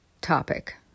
topic